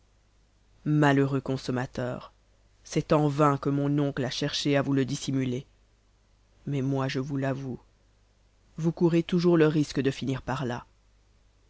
malheureux consommateurs c'est en vain que mon oncle a cherché à vous le dissimuler mais moi je vous l'avoue vous courez toujours le risque de finir par-là dès